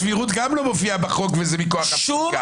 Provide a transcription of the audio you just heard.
סבירות גם לא מופיעה בחוק וזה מכוח הפסיקה,